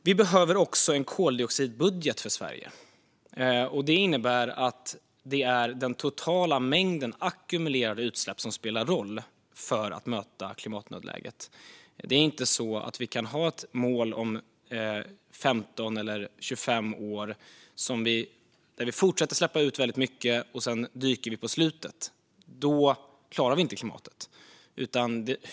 Vi behöver också en koldioxidbudget för Sverige. Det innebär att det är den totala mängden ackumulerade utsläpp som spelar roll för att möta klimatnödläget. Det är inte så att vi kan ha ett mål om 15 eller 25 år där vi fortsätter att släppa ut väldigt mycket och sedan dyker på slutet. Då klarar vi inte klimatet.